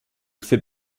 fait